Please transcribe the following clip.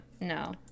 no